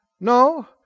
No